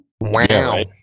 wow